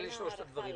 אלה שלושת הדברים.